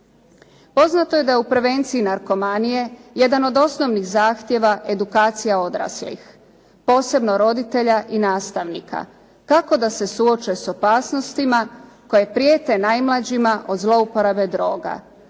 Poznato je da je u prevenciji narkomanije jedan od osnovnih zahtjeva edukacija odraslih, posebno roditelja i nastavnika, kako da se suoče s opasnostima koje prijete najmlađima od zlouporabe droga.